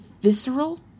visceral